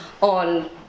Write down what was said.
on